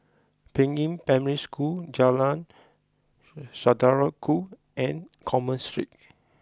Peiying Primary School Jalan Saudara Ku and Commerce Street